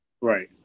right